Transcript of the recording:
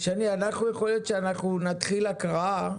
שאנחנו נתחיל הקראה,